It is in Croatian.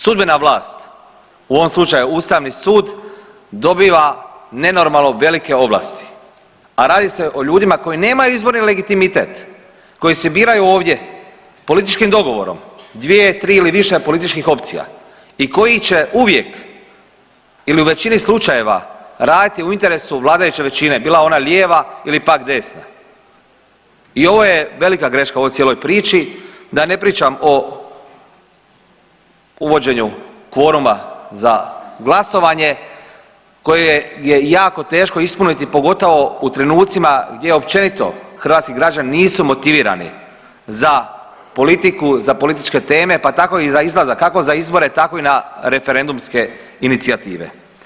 Sudbena vlast u ovom slučaju Ustavni sud dobiva nenormalno velike ovlasti, a radi se o ljudima koji nemaju izborni legitimitet koji se biraju ovdje političkim dogovorom, dvije, tri ili više političkih opcija i koji će uvijek ili u većini slučajeva raditi u interesu vladajuće većine bila ona lijeva ili pak desna i ovo je velika greška u ovoj cijeloj priči, da ne pričam o uvođenju kvoruma za glasovanje koje je jako teško ispuniti pogotovo u trenucima gdje općenito hrvatski građani nisu motivirani za politiku, za političke teme pa tako i za izlazak kako za izbore tako i na referendumske inicijative.